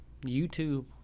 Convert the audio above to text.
YouTube